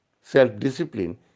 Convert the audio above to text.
Self-discipline